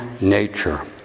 nature